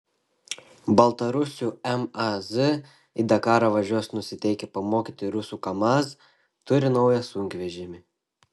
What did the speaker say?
baltarusių maz į dakarą važiuos nusiteikę pamokyti rusų kamaz turi naują sunkvežimį